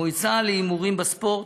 המועצה להימורים בספורט,